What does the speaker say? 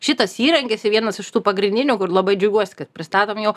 šitas įrankis vienas iš tų pagrindinių kur labai džiaugiuosi kad pristatom jau